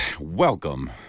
Welcome